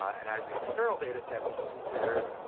and as the external data set, we can consider